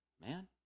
man